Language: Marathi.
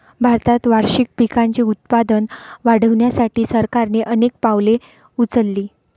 भारतात वार्षिक पिकांचे उत्पादन वाढवण्यासाठी सरकारने अनेक पावले उचलली